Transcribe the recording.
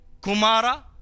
Kumara